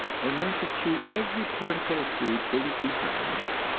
and learned to chew every particle of food thirty-two times,